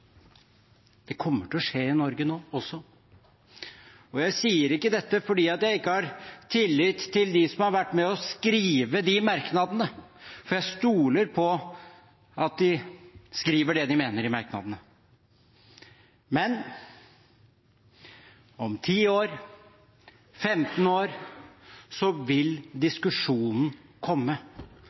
Det kommer til å skje også i Norge. Jeg sier ikke dette fordi jeg ikke har tillit til dem som har vært med på å skrive merknadene, for jeg stoler på at de skriver det de mener i merknadene. Men om ti år, femten år, vil diskusjonen komme